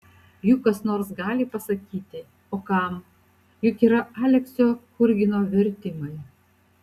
juk kas nors gali pasakyti o kam juk yra aleksio churgino vertimai